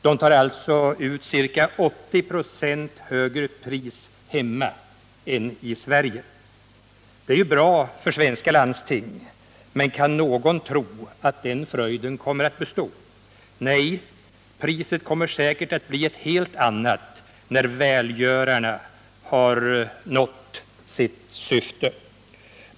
De tar alltså ut ca 80 26 högre pris hemma än i Sverige. Det är ju bra för svenska landsting, men kan någon tro att den fröjden kommer att bestå? Nej, priset kommer säkert att bli ett helt annat när ”välgörarna” har nått sitt syfte.